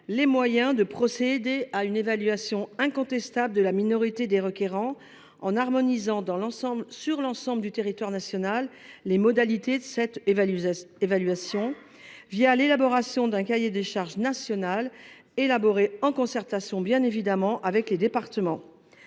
les moyens de procéder à une évaluation incontestable de la minorité des requérants, en harmonisant sur l’ensemble du territoire national les modalités de cette évaluation au moyen de l’élaboration d’un cahier des charges national, défini en concertation avec les départements.